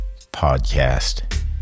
podcast